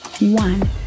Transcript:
one